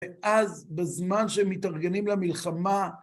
ואז, בזמן שהם מתארגנים למלחמה,